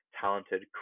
talented